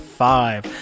five